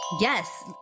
Yes